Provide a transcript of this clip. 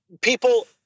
people